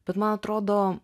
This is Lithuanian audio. bet man atrodo